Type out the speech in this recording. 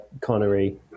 Connery